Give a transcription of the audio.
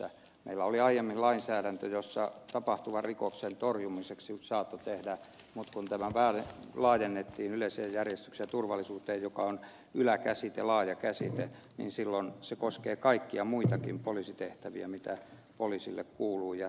meillä oli aiemmin lainsäädäntö jossa tapahtuvan rikoksen torjumiseksi saattoi toimia mutta kun tämä laajennettiin yleiseen järjestykseen ja turvallisuuteen joka on yläkäsite laaja käsite niin silloin se koskee kaikkia muitakin poliisitehtäviä jotka poliisille kuuluvat